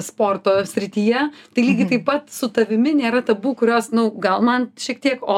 sporto srityje tai lygiai taip pat su tavimi nėra tabu kurios nu gal man šiek tiek o